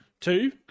Two